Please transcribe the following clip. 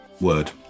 word